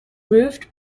roofed